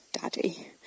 daddy